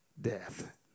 death